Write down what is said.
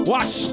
Watch